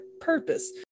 purpose